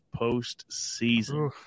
postseason